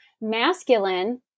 masculine